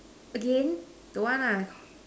again don't want nah